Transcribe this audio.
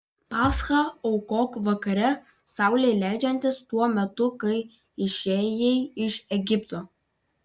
paschą aukok vakare saulei leidžiantis tuo metu kai išėjai iš egipto